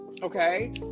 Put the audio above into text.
Okay